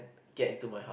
get into my house